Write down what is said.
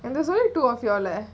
and there's only two of you leh